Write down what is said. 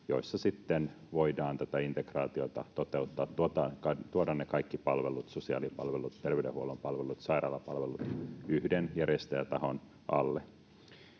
sitten voidaan tätä integraatiota toteuttaa, tuoda ne kaikki palvelut — sosiaalipalvelut, terveydenhuollon palvelut, sairaalapalvelut — yhden järjestäjätahon alle.